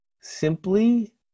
simply